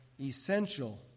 essential